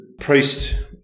priest